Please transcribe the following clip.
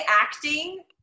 acting